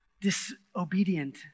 disobedient